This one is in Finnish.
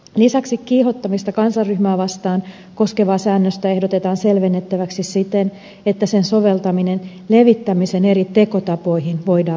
lisäksi kiihottamista kansanryhmää vastaan koskevaa säännöstä ehdotetaan selvennettäväksi siten että sen soveltaminen levittämisen eri tekotapoihin voidaan varmistaa